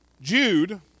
Jude